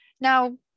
Now